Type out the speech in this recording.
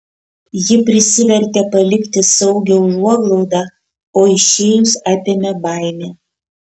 ji prisivertė palikti saugią užuoglaudą o išėjus apėmė baimė